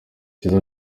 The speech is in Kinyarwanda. kiza